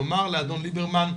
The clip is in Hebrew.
לומר לאדון ליברמן חדל,